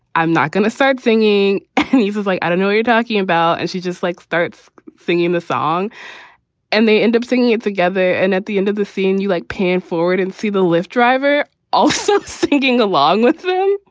i'm not going to start singing. and i was like, i don't know you're talking about. and she just like starts singing the song and they end up singing it together. and at the end of the scene you, like, panned forward and see the lift driver also singing along with them,